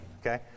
okay